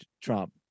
Trump